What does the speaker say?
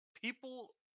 People